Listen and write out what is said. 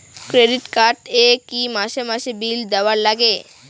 Credit card এ কি মাসে মাসে বিল দেওয়ার লাগে?